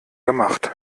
gemacht